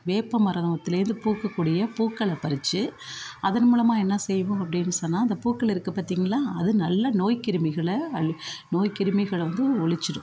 வேப்பமரத்துலேருந்து பூக்கக்கூடிய பூக்களை பறித்து அதன் மூலமாக என்ன செய்வோம் அப்படின்னு சொன்னால் அந்த பூக்கள் இருக்குது பார்த்திங்களா அது நல்லா நோய் கிருமிகளை அழி நோய் கிருமிகளை வந்து ஒழிச்சிடும்